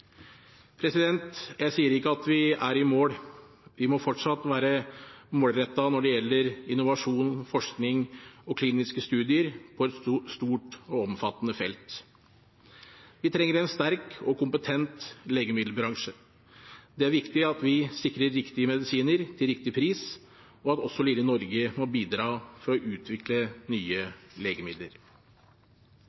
Jeg sier ikke at vi er i mål, vi må fortsatt være målrettet når det gjelder innovasjon, forskning og kliniske studier på et stort og omfattende felt. Vi trenger en sterk og kompetent legemiddelbransje, det er viktig at vi sikrer riktige medisiner til riktig pris, og at også lille Norge må bidra til å utvikle nye